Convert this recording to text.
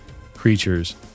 creatures